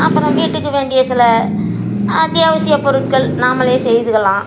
அப்புறம் வீட்டுக்கு வேண்டிய சில அத்தியாவசியப் பொருட்கள் நாம்மளே செய்துக்கலாம்